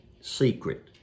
secret